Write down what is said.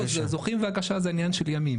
יש לכם חמש דקות להציג את המודל,